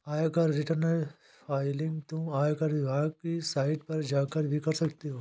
आयकर return filing तुम आयकर विभाग की साइट पर जाकर भी कर सकते हो